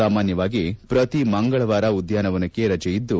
ಸಾಮಾನ್ಗವಾಗಿ ಪ್ರತಿ ಮಂಗಳವಾರ ಉದ್ಯಾನವನಕ್ಕೆ ರಜೆಯಿದ್ದು